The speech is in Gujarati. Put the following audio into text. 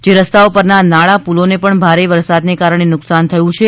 જે રસ્તાઓ પરના નાળાપુલોને પણ ભારે વરસાદને કારણે નૂકશાન થયલું છે